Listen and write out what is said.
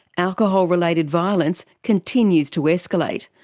alcohol related violence continues to escalate,